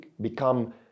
become